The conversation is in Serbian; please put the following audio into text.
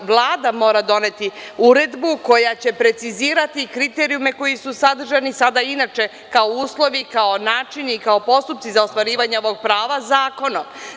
Vlada mora doneti uredbu koja će precizirati kriterijume koji su sadržani, sada inače, kao uslovi, kao načini i kao postupci za ostvarivanje ovog prava zakonom.